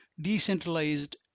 decentralized